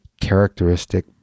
characteristic